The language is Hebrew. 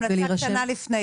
המלצה לפני,